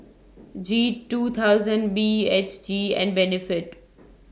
G two thousand B H G and Benefit